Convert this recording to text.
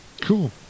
Cool